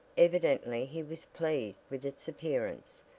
evidently he was pleased with its appearance,